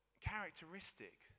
characteristic